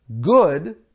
good